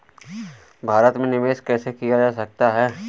भारत में निवेश कैसे किया जा सकता है?